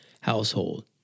household